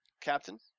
Captain